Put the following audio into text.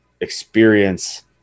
experience